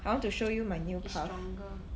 I want to show you my new puff